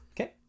Okay